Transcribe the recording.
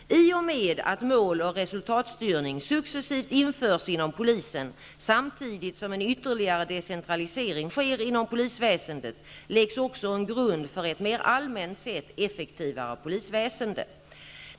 I och med att mål och resultatstyrning successivt införs inom polisen, samtidigt som en ytterligare decentralisering sker inom polisväsendet, läggs också en grund för ett mer allmänt sett effektivare polisväsende.